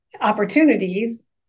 opportunities